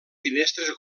finestres